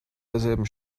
derselben